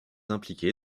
impliquée